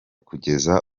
kugeza